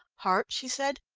hart, she said,